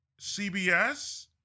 CBS